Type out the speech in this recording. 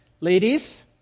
Ladies